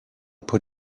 put